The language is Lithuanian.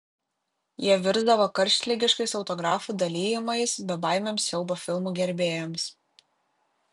jie virsdavo karštligiškais autografų dalijimais bebaimiams siaubo filmų gerbėjams